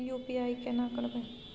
UPI केना करबे?